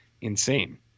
insane